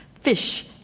fish